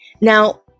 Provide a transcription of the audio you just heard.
Now